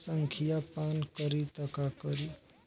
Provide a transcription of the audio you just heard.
संखिया पान करी त का करी?